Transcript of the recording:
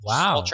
Wow